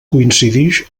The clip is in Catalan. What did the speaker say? coincidix